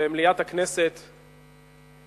ומליאת הכנסת כמעט,